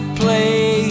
play